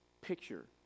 picture